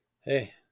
hey